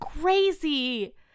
crazy